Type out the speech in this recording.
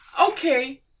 Okay